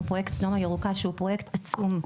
פרויקט סדום הירוקה שהוא פרויקט עצום,